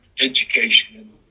education